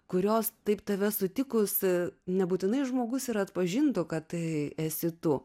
kurios taip tave sutikusi nebūtinai žmogus ir atpažintų kad tai esi tu